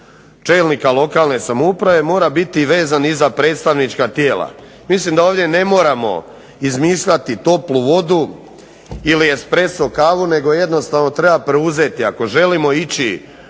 čelnika lokalne samouprave mora biti vezan i za predstavnička tijela. Mislim da ovdje ne trebamo izmišljati toplu vodu ili expresso kavu nego jednostavno treba preuzeti ako želimo ići